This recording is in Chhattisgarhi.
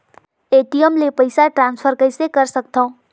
ए.टी.एम ले पईसा ट्रांसफर कइसे कर सकथव?